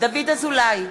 דוד אזולאי,